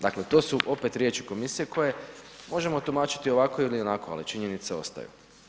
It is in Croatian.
Dakle to su opet riječi Komisije koje možemo tumačiti ovako ili onako, ali činjenice ostaju.